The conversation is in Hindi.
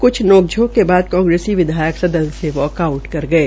कुछ नोक झोंक के बाद कांग्रेसी विधायक सदन से बाहर चले गये